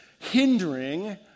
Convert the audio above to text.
hindering